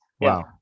Wow